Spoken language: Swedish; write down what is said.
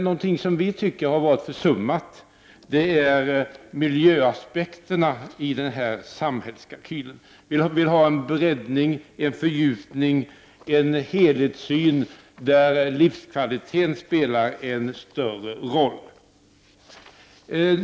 Något vi tycker har varit försummat är miljöaspekterna i samhällskalkylen. Vi vill ha en breddning, fördjupning och helhetssyn där livskvaliteten spelar en större roll.